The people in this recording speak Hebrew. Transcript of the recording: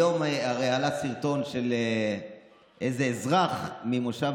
היום הרי עלה סרטון של איזה אזרח ממושב